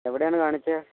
എവിടെയാണ് കാണിച്ചത്